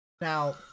Now